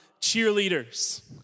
cheerleaders